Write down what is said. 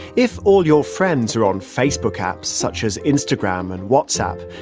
if all your friends are on facebook apps such as instagram and whatsapp,